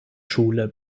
schule